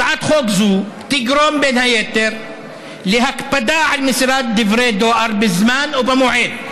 הצעת חוק זו תגרום בין היתר להקפדה על מסירת דברי דואר בזמן או במועד,